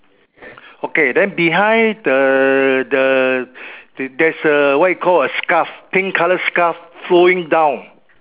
okay then behind the the there's a what you call a scarf pink color scarf flowing down